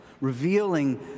revealing